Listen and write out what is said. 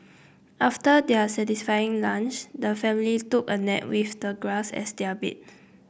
after their satisfying lunch the family took a nap with the grass as their bed